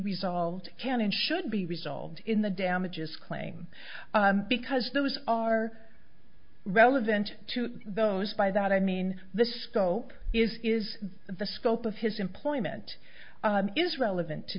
resolved can and should be resolved in the damages claim because those are relevant to those by that i mean the scope is is the scope of his employment is relevant to